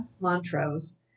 Montrose